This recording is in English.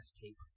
tape